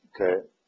Okay